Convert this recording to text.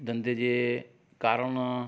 धंधे जे कारणु